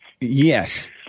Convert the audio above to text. Yes